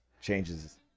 changes